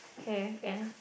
pear eh